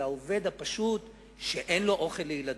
אלא על העובד הפשוט שאין לו אוכל לילדיו.